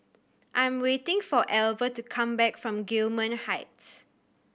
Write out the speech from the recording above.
I am waiting for Alver to come back from Gillman Heights